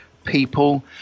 people